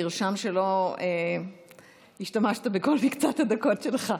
נרשם שלא השתמשת בכל מכסת הדקות שלך.